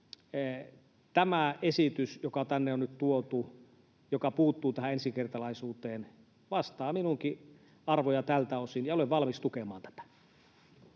tämä esitys, joka tänne on nyt tuotu ja joka puuttuu tähän ensikertalaisuuteen, vastaa minunkin arvojani tältä osin. Olen valmis tukemaan tätä.